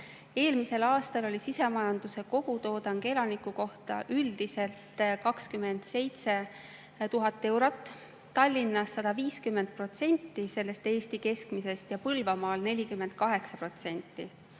Eelmisel aastal oli sisemajanduse kogutoodang elaniku kohta üldiselt 27 000 eurot, Tallinnas 150% võrreldes selle Eesti keskmisega ja Põlvamaal 48%.